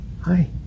Hi